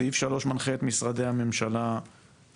סעיף (3) מנחה את משרדי הממשלה להסיר